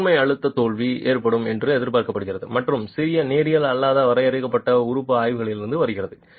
முதன்மை பதற்றம் தோல்வி ஏற்படும் என்று எதிர்பார்க்கப்படுகிறது மற்றும் சில நேரியல் அல்லாத வரையறுக்கப்பட்ட உறுப்பு ஆய்வுகளிலிருந்தும் வருகிறது